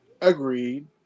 Agreed